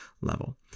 level